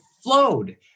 flowed